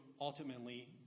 ultimately